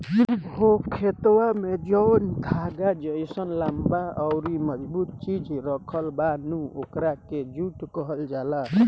हो खेतवा में जौन धागा जइसन लम्बा अउरी मजबूत चीज राखल बा नु ओकरे के जुट कहल जाला